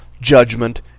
judgment